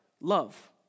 love